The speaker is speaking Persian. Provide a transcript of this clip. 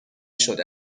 شده